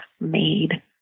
made